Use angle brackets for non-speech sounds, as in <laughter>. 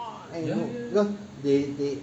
<noise> you know because they they